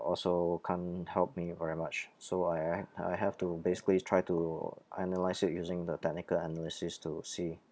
also can't help me very much so I had I have to basically try to analyse it using the technical analysis to see